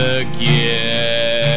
again